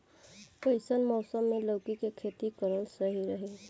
कइसन मौसम मे लौकी के खेती करल सही रही?